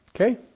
Okay